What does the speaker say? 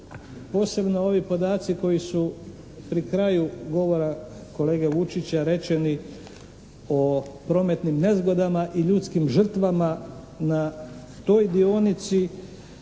posebno ovi podaci koji su pri kraju govora kolege Vučića rečeni o prometnim nezgodama i ljudskim žrtvama na toj dionici